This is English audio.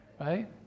Right